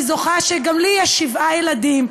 אני זוכה שגם לי יש שבעה ילדים,